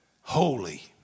Holy